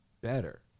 better